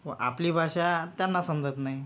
व आपली भाषा त्यांना समजत नाही